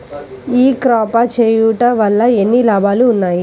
ఈ క్రాప చేయుట వల్ల ఎన్ని లాభాలు ఉన్నాయి?